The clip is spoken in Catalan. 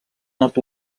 nord